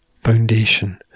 foundation